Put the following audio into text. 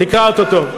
תקרא אותו טוב.